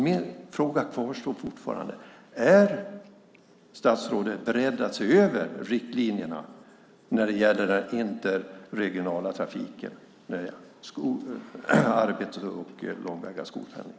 Min fråga kvarstår: Är statsrådet beredd att se över riktlinjerna när det gäller den interregionala trafiken i fråga om arbetspendling och långväga skolpendling?